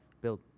built